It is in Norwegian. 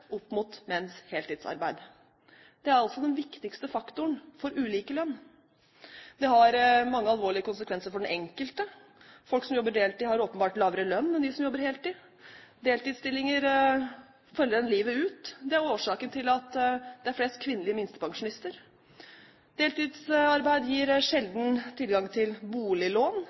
opp mot menns heltidsarbeid. Det er altså den viktigste faktoren for ulik lønn. Det har mange alvorlige konsekvenser for den enkelte. Folk som jobber deltid, har åpenbart lavere lønn enn de som jobber heltid. Deltidsstillinger følger en livet ut. Det er årsaken til at det er flest kvinnelige minstepensjonister. Deltidsarbeid gir sjelden tilgang til boliglån